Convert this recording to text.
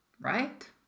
Right